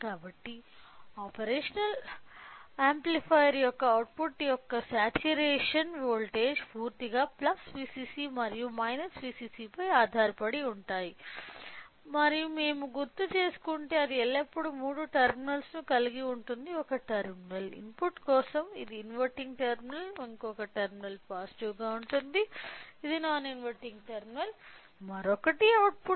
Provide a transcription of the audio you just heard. కాబట్టి operational amplifier యొక్క output యొక్క సాచురేషన్ వోల్టేజ్ పూర్తిగా Vcc మరియు Vcc పై ఆధారపడి ఉంటుంది మరియు మేము గుర్తుచేసుకుంటే అది ఎల్లప్పుడూ మూడు టెర్మినల్స్ కలిగి ఉంటుంది ఒక టెర్మినల్ ఇన్పుట్ కోసం ఇది ఇన్వర్టింగ్ టెర్మినల్ ఇంకొక టెర్మినల్ పాజిటివ్ గా ఉంటుంది ఇది నాన్ ఇన్వర్టింగ్ టెర్మినల్ మరొకటి అవుట్పుట్